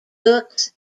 books